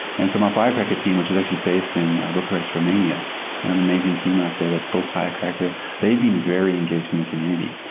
and so my firecracker team, which is actually based in bucharest, romania, i have an amazing team up there that built firecracker. they've been very engaged in the community.